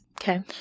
Okay